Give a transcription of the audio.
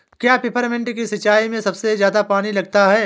क्या पेपरमिंट की सिंचाई में सबसे ज्यादा पानी लगता है?